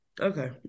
Okay